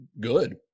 good